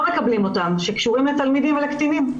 מקבלים אותם והם קשורים לתלמידים ולקטינים.